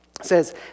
says